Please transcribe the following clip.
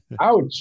ouch